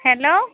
hello